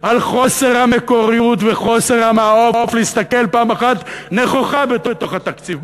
על חוסר המקוריות וחוסר המעוף להסתכל פעם אחת נכוחה בתוך התקציב.